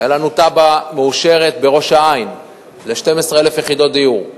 היתה לנו תב"ע מאושרת בראש-העין ל-12,000 יחידות דיור.